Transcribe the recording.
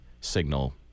signal